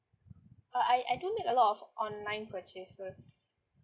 uh I I do make a lot of online purchases